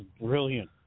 brilliant